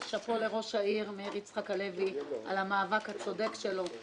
שאפו לראש העיר מאיר יצחק הלוי על המאבק הצודק שלו,